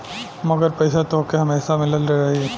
मगर पईसा तोहके हमेसा मिलत रही